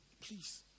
Please